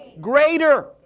Greater